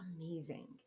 amazing